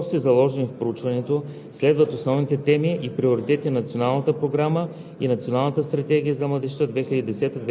За целите на Доклада, чийто възложител е Министерство на младежта и спорта, е реализирано проучване сред целева група 15 – 9 години. Въпросите, заложени в проучването, следват основните теми и приоритети на Националната програма и Националната стратегия за младежта 2010 –